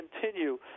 continue